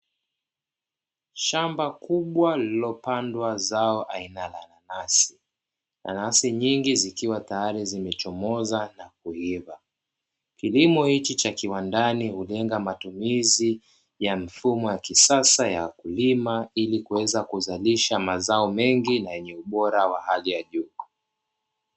Shamba kubwa lililopandwa zao aina ya nanasi, nanasi nyingi zikiwa tayari zimechomoza na kuiva. Kilimo hiki cha kiwandani hulenga matumizi ya mfumo wa kisasa wakulima ili kuweza kuzalisha mazao mengi na yenye ubora wa hali ya juu.